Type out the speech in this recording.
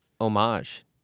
homage